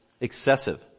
excessive